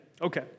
Okay